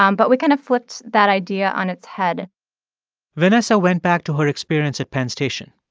um but we kind of flipped that idea on its head vanessa went back to her experience at penn station.